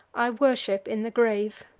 i worship in the grave.